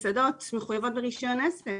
מסעדות מחויבות ברישיון עסק.